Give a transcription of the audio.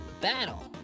battle